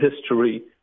history